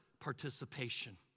participation